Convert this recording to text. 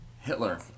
Hitler